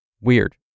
Weird